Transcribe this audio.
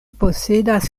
posedas